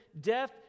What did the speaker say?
Death